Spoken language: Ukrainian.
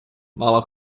мало